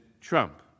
Trump